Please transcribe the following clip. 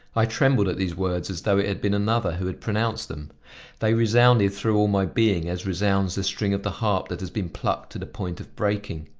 i trembled at these words as though it had been another who had pronounced them they resounded through all my being as resounds the string of the harp that has been plucked to the point of breaking.